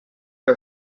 que